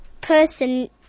person